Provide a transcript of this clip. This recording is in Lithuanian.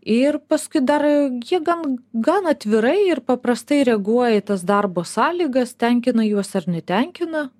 ir paskui dar jie gan gan atvirai ir paprastai reaguoja į tas darbo sąlygas tenkina juos ar netenkina